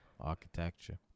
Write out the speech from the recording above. architecture